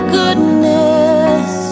goodness